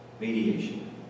Mediation